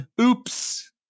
oops